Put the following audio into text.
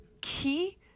key